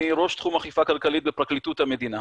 אני ראש תחום אכיפה כלכלית בפרקליטות המדינה.